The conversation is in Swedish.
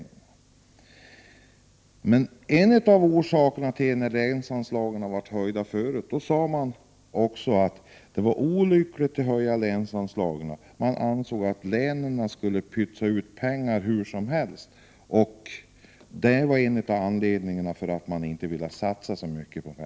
Ett argument mot höjningar av länsanslagen tidigare var att det var olyckligt att höja länsanslagen därför att länen då skulle pytsa ut pengar hur som helst. Det var väl en av anledningarna till att man inte ville satsa så mycket.